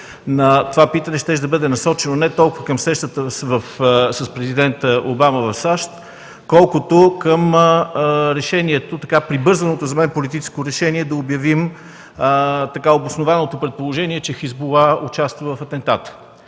част от питането щеше да бъде насочена не толкова към срещата с президента Обама в САЩ, колкото до прибързаното за мен политическо решение да обявим така обоснованото предположение, че „Хизбула” участва в атентата.